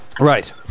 Right